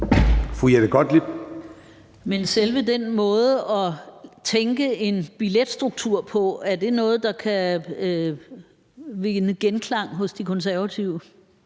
Men er selve den måde at tænke en billetstruktur på noget, der kan vinde genklang hos De Konservative?